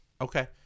Okay